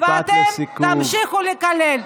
ואתם תמשיכו לקלל,